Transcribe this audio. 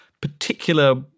particular